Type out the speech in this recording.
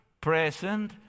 present